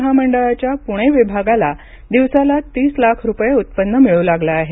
महामंडळाच्या पुणे विभागाला दिवसाला तीस लाख रुपये उत्पन्न मिळू लागले आहे